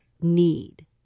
need